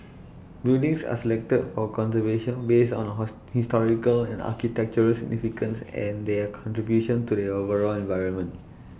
buildings are selected for conservation based on A host historical and architectural significance and their contribution to the overall environment